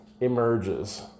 emerges